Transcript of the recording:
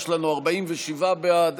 יש לנו 47 בעד,